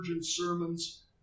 sermons